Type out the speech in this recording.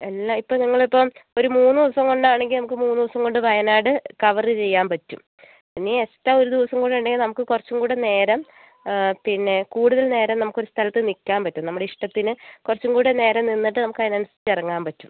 എല്ലാം ഇപ്പോൾ നിങ്ങളിപ്പം ഒരു മൂന്ന് ദിവസം കൊണ്ടാണെങ്കിൽ നമുക്ക് മൂന്ന് ദിവസം കൊണ്ട് വയനാട് കവർ ചെയ്യാൻ പറ്റും പിന്നെ ഈ എക്സ്ട്രാ ഒരു ദിവസം കൂടെ ഉണ്ടെങ്കിൽ നമുക്ക് കുറച്ചും കൂടെ നേരം പിന്നെ കൂടുതൽ നേരം നമുക്കൊരു സ്ഥലത്ത് നിൽക്കാൻ പറ്റും നമ്മുടെ ഇഷ്ടത്തിന് കുറച്ചുംകൂടെ നേരം നിന്നിട്ട് നമുക്ക് അതിനനുസരിച്ച് ഇറങ്ങാൻ പറ്റും